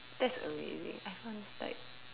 that's amazing I find it's like